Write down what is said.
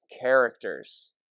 characters